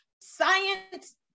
science